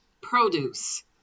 produce